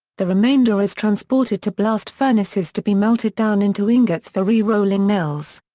the remainder is transported to blast furnaces to be melted down into ingots for re-rolling mills.